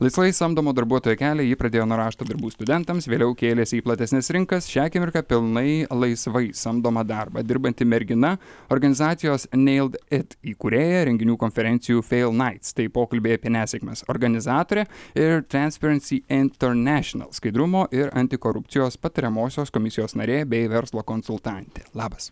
laisvai samdomo darbuotojo kelią ji pradėjo nuo rašto darbų studentams vėliau kėlėsi į platesnes rinkas šią akimirką pilnai laisvai samdomą darbą dirbanti mergina organizacijos nailed it įkūrėja renginių konferencijų fail nights tai pokalbiai apie nesėkmes organizatorė ir transparency international skaidrumo ir antikorupcijos patariamosios komisijos narė bei verslo konsultantė labas